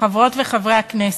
חברות וחברי הכנסת,